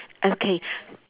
okay